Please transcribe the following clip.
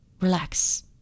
relax